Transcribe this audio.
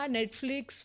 Netflix